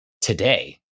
today